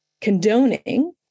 condoning